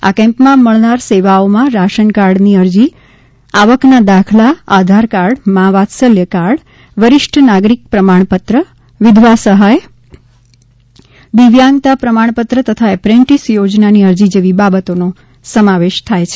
આ કેમ્પમાં મળનાર સેવાઓમાં રાશનકાર્ડની અરજી આવકના દાખલા આધારકાર્ડ મા વાત્સલ્ય કાર્ડ વરિષ્ઠ નાગરિક પ્રમાણ પત્ર વિધવા સહાય દિવ્યાંગતા પ્રમાણપત્ર તથા એપ્રેન્ટિસ યોજનાની અરજી જેવી બાબતોનો સમાવેશ થાય છે